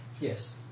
Yes